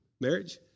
Marriage